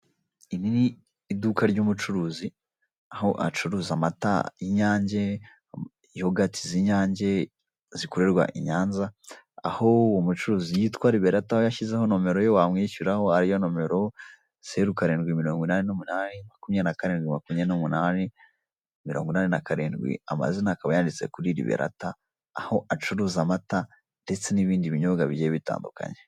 Iri n'iduka ry'umucuruzi aho acuruza amata y'inyange, yogati z'inyange zikorerwa Inyanza aho umucuruzi witwa Liberata yashizeho nimero yo wamwishyuriraho ariyo nimero 0788272887 amazina akaba yanditse kuri Liberata aho acuruza amata ndetse n'ibindi binyobwa bigiye bitandukanye.